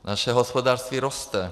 Naše hospodářství roste.